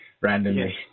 randomly